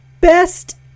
best